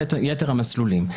ואת יתר המסלולים.